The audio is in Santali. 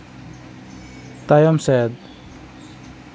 ᱛᱟᱭᱚᱢ ᱥᱮᱫ